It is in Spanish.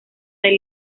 del